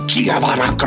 Giovanna